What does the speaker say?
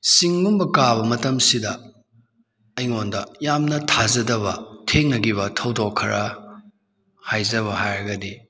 ꯆꯤꯡꯒꯨꯝꯕ ꯀꯥꯕ ꯃꯇꯝꯁꯤꯗ ꯑꯩꯉꯣꯟꯗ ꯌꯥꯝꯅ ꯊꯥꯖꯗꯕ ꯊꯦꯡꯅꯈꯤꯕ ꯊꯧꯗꯣꯛ ꯈꯔ ꯍꯥꯏꯖꯕ ꯍꯥꯏꯔꯒꯗꯤ